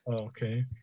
Okay